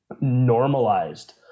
normalized